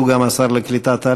שהוא גם שר העלייה והקליטה,